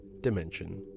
dimension